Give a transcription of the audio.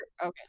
okay